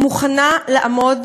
מוכנה לעמוד